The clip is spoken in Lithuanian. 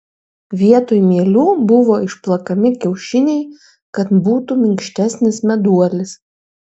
vietoj mielių buvo išplakami kiaušiniai kad būtų minkštesnis meduolis